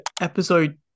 episode